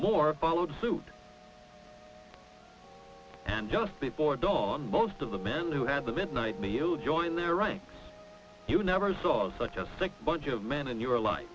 more followed suit and just before dawn most of the men who had the midnight meal joined their ranks you never saw such a sick bunch of men in your life